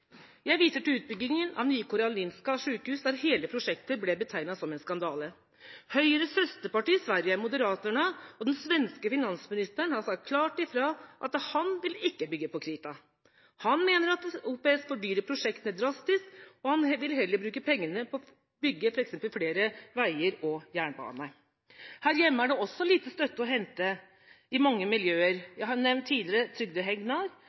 Jeg viser til utbygginga av nye Karolinska Universitetssjukhuset, der hele prosjektet ble betegnet som en skandale. Høyres søsterparti i Sverige, Moderaterna, og den svenske finansministeren har sagt klart ifra at han ikke vil bygge på krita. Han mener at OPS fordyrer prosjektene drastisk, og han vil heller bruke pengene på å bygge f.eks. flere veier og jernbaner. Her hjemme er det også lite støtte å hente i mange miljøer. Jeg har tidligere nevnt Trygve Hegnar,